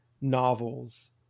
novels